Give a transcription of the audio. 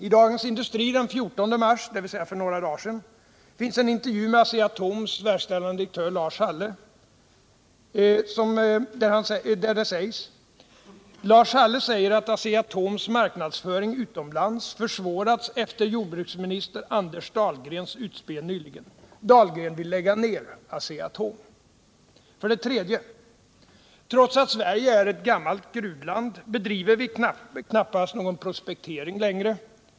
I Dagens Industri den 14 mars, dvs. för några dagar sedan, finns en intervju med ASEA-ATOM:s VD Lars Halle: ”Lars Halle säger att Asea Atoms marknadsföring utomlands försvårats efter jordbruksminister Anders Dahlgrens utspel nyligen. Dahlgren vill lägga ner Asea-Atom.” 3. Trots att Sverige är ett gammalt gruvland bedriver vi knappast någon prospektering längre.